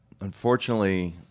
Unfortunately